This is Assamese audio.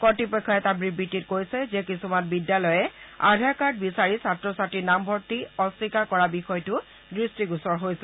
কৰ্তপক্ষই এটা বিবৃতিত কৈছে যে কিছুমান বিদ্যালয়ে আধাৰ কাৰ্ড বিচাৰি ছাত্ৰ ছাত্ৰীৰ নামভৰ্তি অস্বীকাৰ কৰাৰ বিষয়টো দৃষ্টিগোচৰ হৈছে